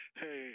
hey